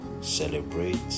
Celebrate